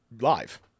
live